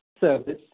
service